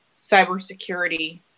cybersecurity